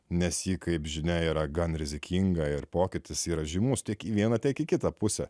nes ji kaip žinia yra gan rizikinga ir pokytis yra žymus tiek į vieną tiek į kitą pusę